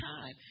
time